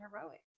heroic